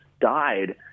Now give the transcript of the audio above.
died